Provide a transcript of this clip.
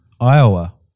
Iowa